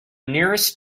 nearest